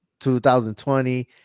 2020